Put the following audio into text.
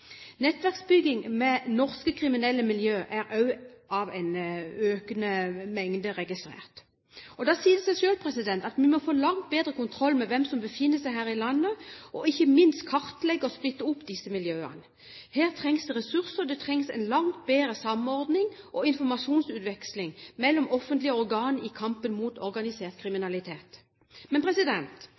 nettverksbygging med norske kriminelle miljøer er også registrert. Da sier det seg selv at vi må få langt bedre kontroll med hvem som befinner seg her i landet, og ikke minst kartlegge og splitte opp disse miljøene. Her trengs det ressurser, og det trengs en langt bedre samordning og informasjonsutveksling mellom offentlige organer i kampen mot organisert kriminalitet. Men